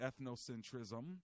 ethnocentrism